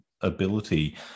ability